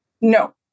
No